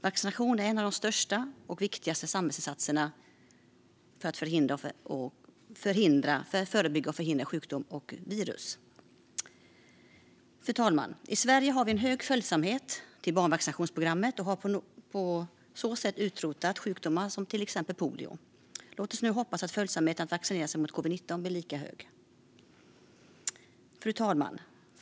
Vaccinationer är en av de största och viktigaste samhällsinsatserna för att förebygga och förhindra sjukdomar och virus. Fru talman! I Sverige har vi en hög följsamhet till barnvaccinationsprogrammet, och vi har på så sätt utrotat sjukdomar som exempelvis polio. Låt oss nu hoppas att följsamheten när det gäller att vaccinera sig mot covid-19 blir lika hög.